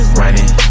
running